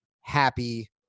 happy